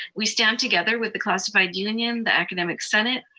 we stand together with the classified union, the academic senate,